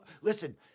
Listen